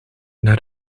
naar